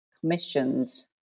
commissions